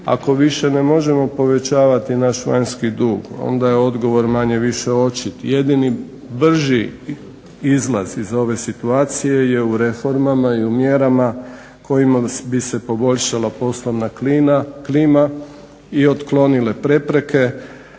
ako više ne možemo povećavati naš vanjski dug onda je odgovor manje-više očit. Jedini brži izlaz iz ove situacije je u reformama i u mjerama kojima bi se poboljšala poslovna klima i otklonile prepreke,